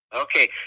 Okay